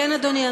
כן, אדוני.